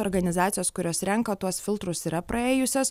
organizacijos kurios renka tuos filtrus yra praėjusios